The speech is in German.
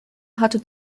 hatte